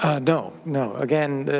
ah no, no. again,